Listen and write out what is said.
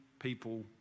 people